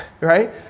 right